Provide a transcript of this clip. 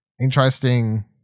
interesting